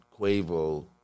Quavo